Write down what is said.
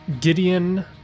Gideon